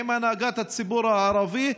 עם הנהגת הציבור הערבי,